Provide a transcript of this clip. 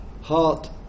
heart